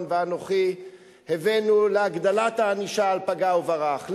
ואנוכי הבאנו להגדלת הענישה על פגע וברח,